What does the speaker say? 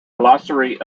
glossary